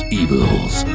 evils